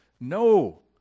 No